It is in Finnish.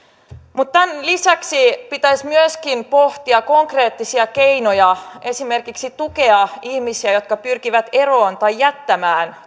mutta tämän lisäksi pitäisi myöskin pohtia konkreettisia keinoja esimerkiksi tukea ihmisiä jotka pyrkivät jättämään